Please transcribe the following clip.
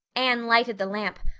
anne lighted the lamp,